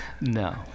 no